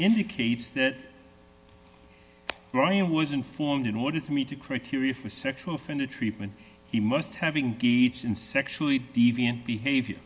indicates that ronnie was informed in order to meet the criteria for sexual offender treatment he must having been sexually deviant behavior